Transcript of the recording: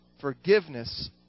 forgiveness